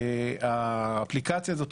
האפליקציה הזו,